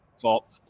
fault